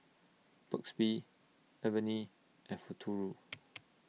Burt's Bee Avene and Futuro